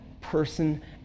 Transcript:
person